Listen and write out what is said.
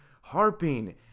harping